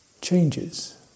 changes